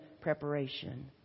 preparation